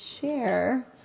share